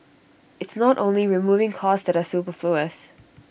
it's not only removing costs that are superfluous